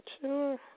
Sure